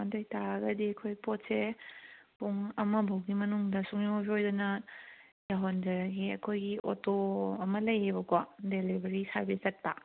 ꯑꯗꯨ ꯑꯣꯏꯕ ꯇꯥꯔꯒꯗꯤ ꯑꯩꯈꯣꯏ ꯄꯣꯠꯁꯦ ꯄꯨꯡ ꯑꯃ ꯐꯥꯎꯕꯒꯤ ꯃꯅꯨꯡꯗ ꯁꯨꯡꯁꯣꯏ ꯁꯣꯏꯗꯅ ꯌꯧꯍꯟꯖꯔꯒꯦ ꯑꯩꯈꯣꯏꯒꯤ ꯑꯣꯇꯣ ꯑꯃ ꯂꯩꯌꯦꯕꯀꯣ ꯗꯤꯂꯤꯕꯔꯤ ꯁꯥꯔꯕꯤꯁ ꯆꯠꯄ